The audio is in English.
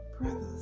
Brothers